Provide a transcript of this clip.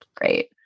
great